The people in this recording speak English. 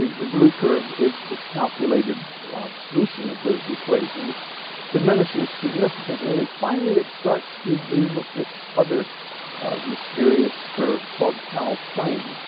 the blue curve is the calculated solution of those equations diminishes significantly and finally it starts to agree with this other mysterious curve called tau plane.